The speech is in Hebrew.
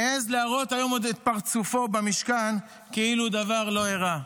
עוד מעז להראות היום את פרצופו במשכן כאילו דבר לא אירע.